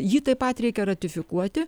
jį taip pat reikia ratifikuoti